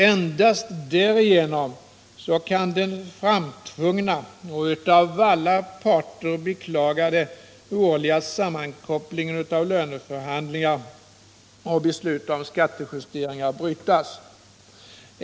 Endast därigenom kan den framtvungna och av alla parter beklagade årliga sammankopplingen av löneförhandlingar och beslut om skattejusteringar brytas.